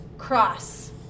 cross